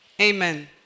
Amen